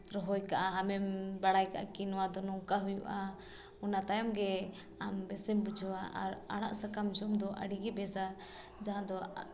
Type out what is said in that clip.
ᱨᱚᱦᱚᱭ ᱠᱟᱜᱼᱟ ᱟᱢᱮᱢ ᱵᱟᱲᱟᱭ ᱠᱟᱜᱼᱟ ᱠᱤ ᱱᱚᱣᱟ ᱫᱚ ᱱᱚᱝᱠᱟ ᱦᱩᱭᱩᱜᱼᱟ ᱚᱱᱟ ᱛᱟᱭᱚᱢᱜᱮ ᱟᱢ ᱵᱮᱥᱮᱢ ᱵᱩᱡᱷᱟᱹᱣᱟ ᱟᱨ ᱟᱲᱟᱜ ᱥᱟᱠᱟᱢ ᱡᱚᱢᱫᱚ ᱟᱹᱰᱤᱜᱮ ᱵᱮᱥᱟ ᱡᱟᱦᱟᱸ ᱫᱚ